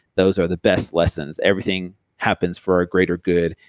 those are the best lessons. everything happens for a greater good,